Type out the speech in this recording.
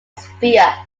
sphere